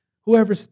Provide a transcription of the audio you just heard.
Whoever